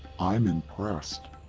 i'm impressed!